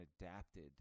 adapted